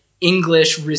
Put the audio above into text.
English